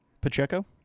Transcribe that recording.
Pacheco